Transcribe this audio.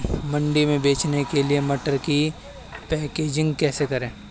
मंडी में बेचने के लिए मटर की पैकेजिंग कैसे करें?